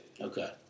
Okay